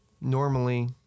Normally